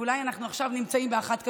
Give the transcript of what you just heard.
אולי אנחנו עכשיו נמצאים באחת כזאת,